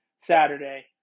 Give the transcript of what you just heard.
Saturday